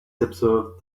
observe